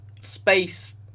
space